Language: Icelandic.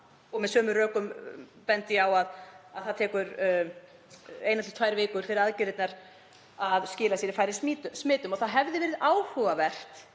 Með sömu rökum bendi ég á að það tekur eina til tvær vikur fyrir aðgerðirnar að skila sér í færri smitum. Það hefði verið áhugavert